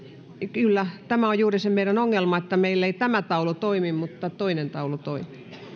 kyllä tämä on juuri se meidän ongelma että meillä ei toinen taulu toimi mutta toinen taulu toimii